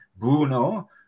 Bruno